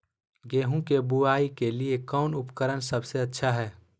गेहूं के बुआई के लिए कौन उपकरण सबसे अच्छा है?